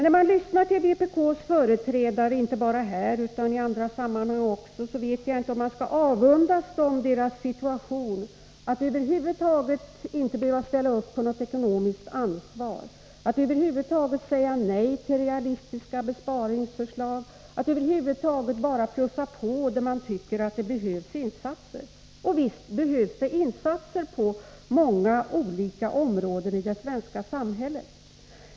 När man lyssnar på vpk:s företrädare inte bara här utan också i andra sammanhang, vet man inte riktigt om man skall avundas dem deras situation att över huvud taget inte behöva ta något ekonomiskt ansvar. De kan säga nej till realistiska besparingar och bara plussa på, där de tycker att insatser behövs. Visst behövs insatser på många olika områden i det svenska samhället.